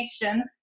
connection